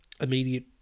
immediate